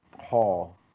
hall